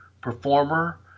performer